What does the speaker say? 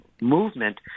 movement